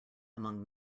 among